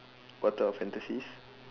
what type of fantasies